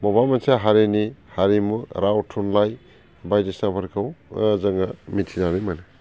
बबेबा मोनसे हारिनि हारिमु राव थुनलाइ बायदिसिनाफोरखौ जोङो मिथिनानै मोनो